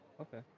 Okay